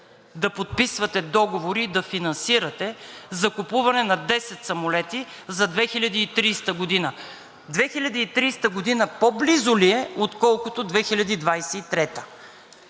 да подписвате договори и да финансирате закупуване на 10 самолета за 2030 г. 2030 г. по-близо ли е, отколкото 2023 г.?